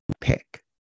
pick